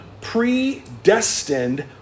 predestined